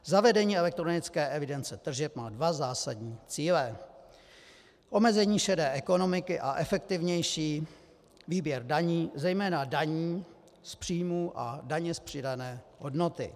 Zavedení elektronické evidence tržeb má dva zásadní cíle: omezení šedé ekonomiky a efektivnější výběr daní, zejména daní z příjmů a daně z přidané hodnoty.